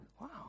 Wow